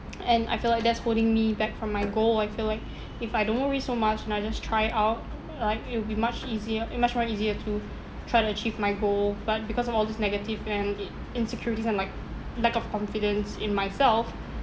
and I feel like that's holding me back from my goal I feel like if I don't worry so much and I just try it out like it will be much easier uh much more easier to try to achieve my goal but because of all these negative and then it~ insecurities and like lack of confidence in myself